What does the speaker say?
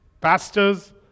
pastors